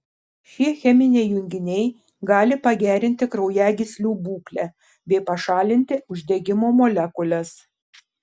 šie cheminiai junginiai gali pagerinti kraujagyslių būklę bei pašalinti uždegimo molekules